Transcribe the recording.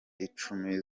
icumi